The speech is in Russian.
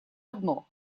одно